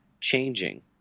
changing